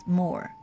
more